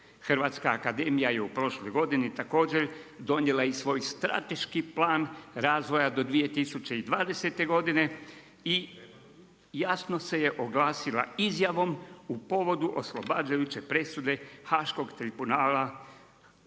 Hrvatska akademija je u prošloj godini također donijela i svoj strateški plan razvoja do 2020. godine i jasno se je oglasila izjavom povodom oslobađajuće presude Haškog tribunala Vojislavu